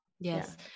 Yes